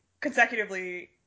consecutively